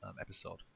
episode